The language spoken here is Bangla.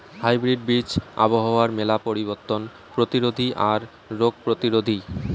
হাইব্রিড বীজ আবহাওয়ার মেলা পরিবর্তন প্রতিরোধী আর রোগ প্রতিরোধী